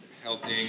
helping